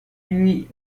lui